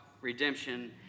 redemption